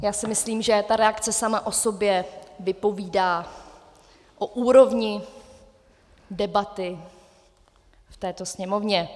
Já si myslím, že ta reakce sama o sobě vypovídá o úrovni debaty v této Sněmovně.